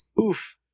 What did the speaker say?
Oof